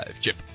chip